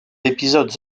épisodes